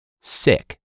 sick